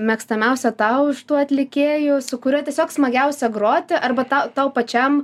mėgstamiausią tau iš tų atlikėjų su kuriuo tiesiog smagiausia groti arba tau tau pačiam